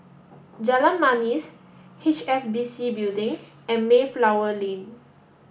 Jalan Manis H S B C Building and Mayflower Lane